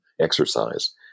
exercise